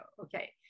okay